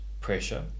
pressure